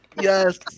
Yes